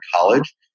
college